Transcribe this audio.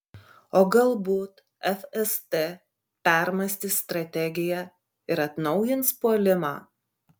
o galbūt fst permąstys strategiją ir atnaujins puolimą